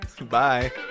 Bye